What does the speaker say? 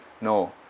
No